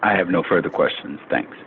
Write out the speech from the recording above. i have no further questions thanks